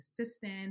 assistant